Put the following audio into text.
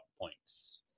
points